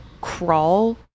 crawl